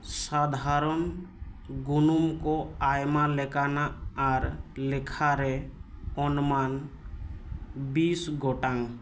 ᱥᱟᱫᱷᱟᱨᱚᱱ ᱜᱩᱱᱩᱢ ᱠᱚ ᱟᱭᱢᱟ ᱞᱮᱠᱟᱱᱟᱜ ᱟᱨ ᱞᱮᱠᱷᱟ ᱨᱮ ᱚᱱᱢᱟᱱ ᱵᱤᱥ ᱜᱚᱴᱟᱝ